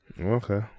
Okay